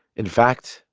in fact,